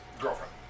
girlfriend